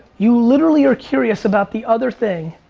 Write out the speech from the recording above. you literally are curious about the other thing.